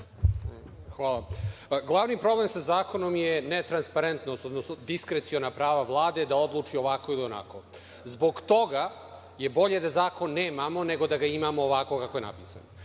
Glavni problem sa zakonom je ne rasparentnost, odnosno diskreciona prava Vlade da odluči ovako ili onako. Zbog toga je bolje da zakon nemamo, nego da ga imamo ovako kako je napisan.